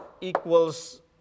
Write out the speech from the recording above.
equals